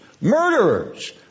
murderers